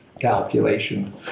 calculation